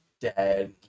dead